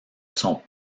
sont